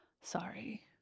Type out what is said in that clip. Sorry